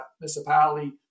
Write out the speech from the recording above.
municipality